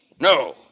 No